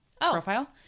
profile